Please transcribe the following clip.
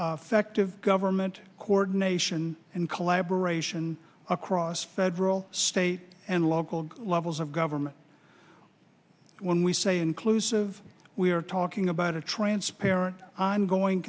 the fact of government coordination and collaboration across federal state and local levels of government when we say inclusive we are talking about a transparent ongoing